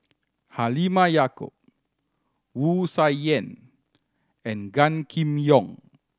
Halimah Yacob Wu Tsai Yen and Gan Kim Yong